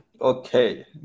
okay